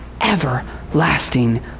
everlasting